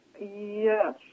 yes